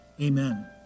Amen